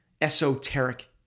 esoteric